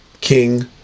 king